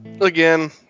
again